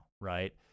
Right